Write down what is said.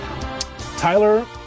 Tyler